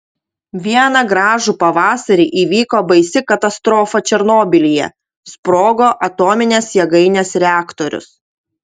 vieną gražų pavasarį įvyko baisi katastrofa černobylyje sprogo atominės jėgainės reaktorius